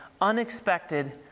unexpected